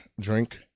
drink